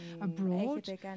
abroad